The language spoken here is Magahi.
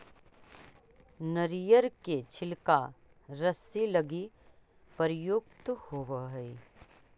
नरियर के छिलका रस्सि लगी प्रयुक्त होवऽ हई